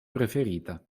preferita